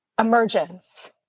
emergence